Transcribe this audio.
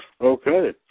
Okay